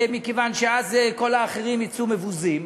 מכיוון שאז כל האחרים יצאו מבוזים,